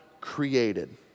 created